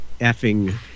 effing